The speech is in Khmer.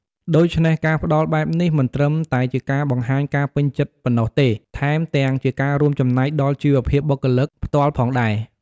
ដូច្នេះ ការផ្ដល់បែបនេះ មិនត្រឹមតែជាការបង្ហាញការពេញចិត្តប៉ុណ្ណោះទេ ថែមទាំងជាការរួមចំណែកដល់ជីវភាពបុគ្គលិកផ្ទាល់ផងដែរ។